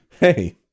Hey